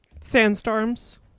Sandstorms